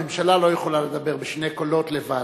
הממשלה לא יכולה לדבר בשני קולות לוועדה.